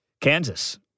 Kansas